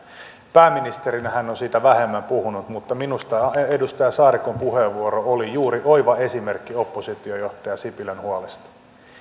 pääministerinä hän on siitä vähemmän puhunut mutta minusta edustaja saarikon puheenvuoro oli juuri oiva esimerkki oppositiojohtaja sipilän huolesta